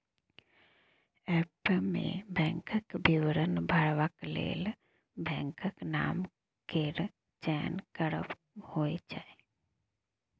app मे बैंकक विवरण भरबाक लेल बैंकक नाम केर चयन करब होइ छै